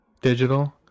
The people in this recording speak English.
digital